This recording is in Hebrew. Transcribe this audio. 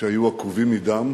שהיו עקובים מדם,